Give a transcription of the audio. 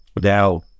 now